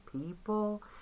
people